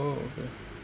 okay